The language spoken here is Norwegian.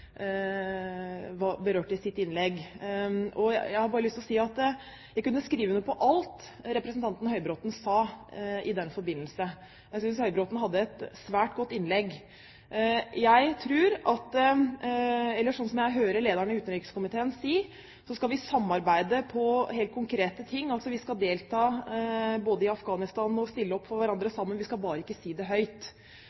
jeg vil bare si at jeg kunne skrive under på alt representanten Høybråten sa i den forbindelse. Jeg synes Høybråten hadde et svært godt innlegg. Slik jeg hører lederen i utenrikskomiteen si det, skal vi samarbeide på helt konkrete ting: Vi skal delta i Afghanistan og stille opp for hverandre